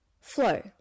flow